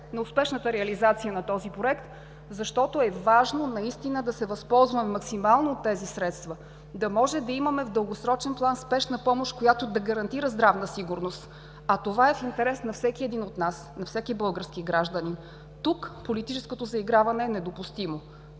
на успешната реализация на този проект, защото е важно наистина да се възползваме максимално от тези средства, да може да имаме в дългосрочен план спешна помощ, която да гарантира здравна сигурност, а това е в интерес на всеки един от нас, на всеки български гражданин. Тук политическото заиграване е недопустимо.